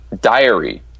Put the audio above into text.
diary